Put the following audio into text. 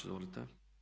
Izvolite.